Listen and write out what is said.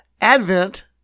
Advent